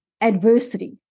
adversity